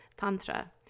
tantra